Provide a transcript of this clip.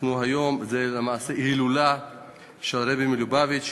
למעשה היום הוא ההילולה של הרבי מלובביץ'.